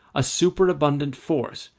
a superabundant force,